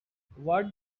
what